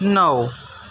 નવ